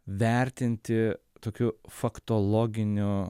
vertinti tokiu faktologiniu